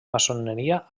maçoneria